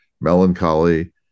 melancholy